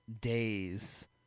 Days